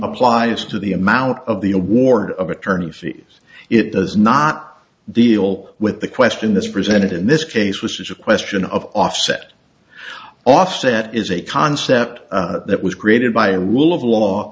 applies to the amount of the award of attorney fees it does not deal with the question this presented in this case was a question of offset offset is a concept that was created by a rule of law